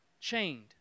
chained